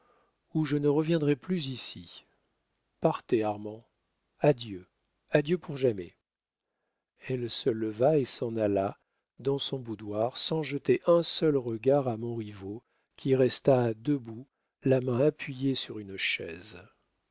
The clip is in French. ou je ne reviendrai plus ici partez armand adieu adieu pour jamais elle se leva et s'en alla dans son boudoir sans jeter un seul regard à montriveau qui resta debout la main appuyée sur une chaise